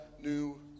new